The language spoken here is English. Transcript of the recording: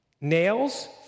Nails